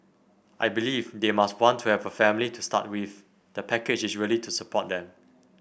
I believe they must want to have a family to start with the package is really to support them